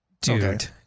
Dude